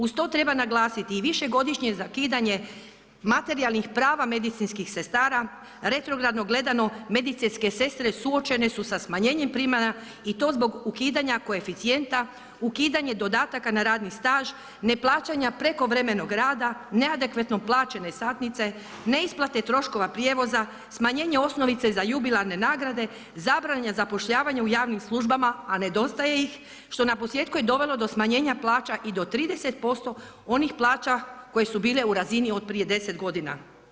Uz to treba naglasiti i višegodišnje zakidanje materijalnih prava medicinskih sestara, retrogradno gledano, medicinske sestre suočene su sa smanjenjem primanja i to zbog ukidanja koeficijenta, ukidanje dodataka na radni staž, neplaćanja prekovremenog rada, neadekvatno plaćene satnice, neisplate troškova prijevoza, smanjenje osnovica za jubilarne nagrade, zabrana zapošljavanja u javnim službama a nedostaje ih, što naposljetku je dovelo do smanjenja plaća i do 30% onih plaća koje su bile u razini od prije 10 godina.